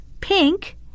Pink